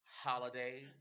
Holiday